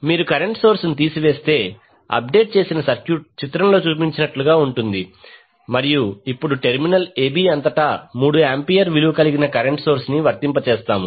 మీరు current source ను తీసివేస్తే అప్ డేట్ చేసిన సర్క్యూట్ చిత్రంలో చూపినట్లుగా ఉంటుంది మరియు ఇప్పుడు టెర్మినల్ a b అంతటా 3 ఆంపియర్ విలువ కలిగిన కరెంట్ సోర్స్ ని వర్తింపజేస్తాము